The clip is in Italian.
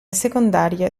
secondarie